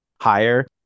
higher